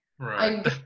Right